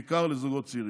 בעיקר לזוגות צעירים.